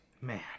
Man